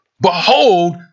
behold